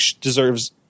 deserves